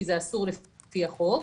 כי זה אסור לפי החוק.